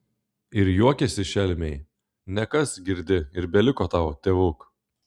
ir juokėsi šelmiai nekas girdi ir beliko tau tėvuk